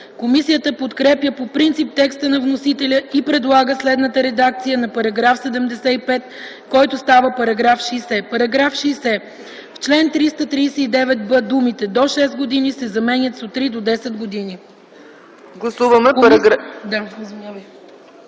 Комисията подкрепя по принцип текста на вносителя и предлага следната редакция на § 75, който става § 60: „§ 60. В чл. 339б думите „до 6 години” се заменят с „от 3 до 10 години”.”